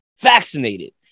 vaccinated